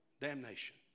damnation